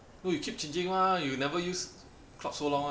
no you keep changing mah you never use club so long [one]